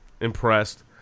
impressed